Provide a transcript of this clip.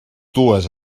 dues